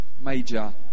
major